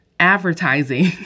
advertising